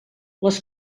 les